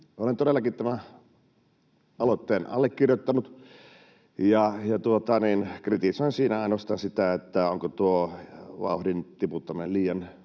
Olen todellakin tämän aloitteen allekirjoittanut. Kritisoin siinä ainoastaan sitä, onko tuo vauhdin tiputtaminen